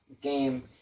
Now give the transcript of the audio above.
game